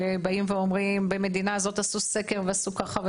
באים ואומרים: במדינה הזאת עשו סקר ועשו ככה.